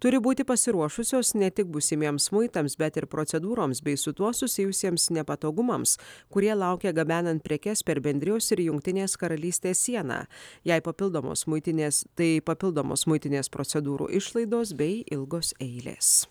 turi būti pasiruošusios ne tik būsimiems muitams bet ir procedūroms bei su tuo susijusiems nepatogumams kurie laukia gabenant prekes per bendrijos ir jungtinės karalystės sieną jei papildomos muitinės tai papildomos muitinės procedūrų išlaidos bei ilgos eilės